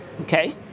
Okay